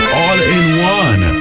all-in-one